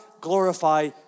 glorify